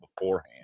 beforehand